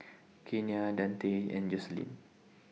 Kenia Dante and Joselyn